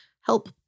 help